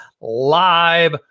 live